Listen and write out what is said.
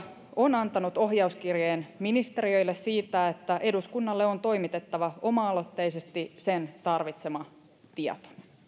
on antanut ohjauskirjeen ministeriöille siitä että eduskunnalle on toimitettava oma aloitteisesti sen tarvitsema tieto